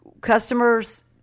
customers